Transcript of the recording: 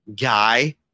guy